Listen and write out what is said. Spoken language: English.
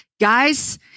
guys